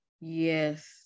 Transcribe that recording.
yes